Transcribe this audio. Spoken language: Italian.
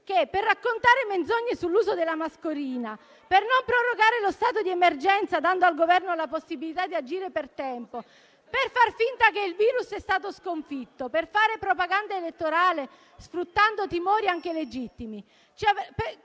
per raccontare menzogne sull'uso della mascherina, per non prorogare lo stato di emergenza dando al Governo la possibilità di agire per tempo, facendo finta che il virus è stato sconfitto e facendo propaganda elettorale, sfruttando timori, anche legittimi,